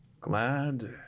Glad